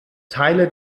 teile